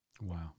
Wow